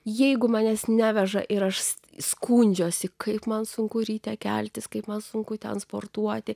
jeigu manęs neveža ir aš skundžiuosi kaip man sunku ryte keltis kaip man sunku ten sportuoti